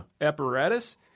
...apparatus